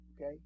Okay